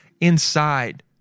inside